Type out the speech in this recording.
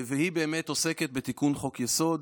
והיא באמת עוסקת בתיקון חוק-יסוד.